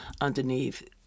underneath